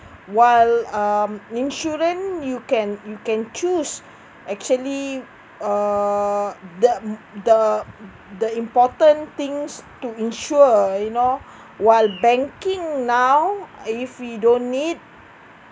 while um insurance you can you can choose actually uh the imp~ the the important things to insure you know while banking now uh if we don't need